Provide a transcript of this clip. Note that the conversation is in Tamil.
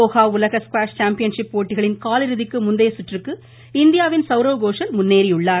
தோஹா உலக ஸ்குவாஷ் சாம்பியன்ஷிப் போட்டிகளின் காலிறுதிக்கு முந்தைய சுற்றுக்கு இந்தியாவின் சௌரவ் கோஷல் முன்னேறியுள்ளார்